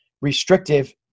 restrictive